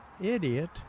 idiot